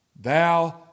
thou